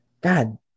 god